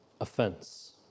offense